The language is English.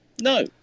no